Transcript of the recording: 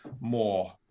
more